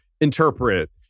interpret